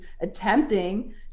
attempting